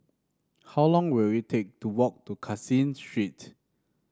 how long will it take to walk to Caseen Street